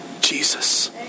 Jesus